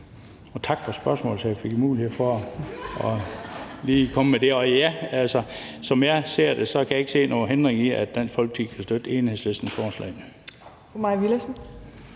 Og tak for spørgsmålet, så jeg kunne få mulighed for lige at komme med det. Og ja, altså, som jeg ser det, kan jeg ikke se nogen hindring for, at Dansk Folkeparti kan støtte Enhedslistens forslag.